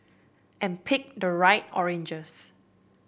and pick the right oranges